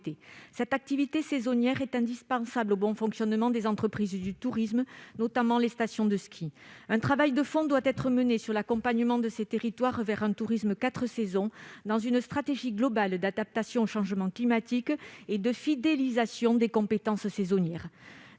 Cette activité saisonnière est indispensable au bon fonctionnement des entreprises du tourisme, notamment les stations de ski. Un travail de fond doit être mené pour accompagner ces territoires vers un « tourisme 4 saisons », dans une stratégie globale d'adaptation au changement climatique et de fidélisation des compétences saisonnières.